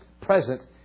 present